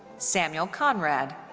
samuel conrad.